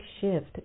shift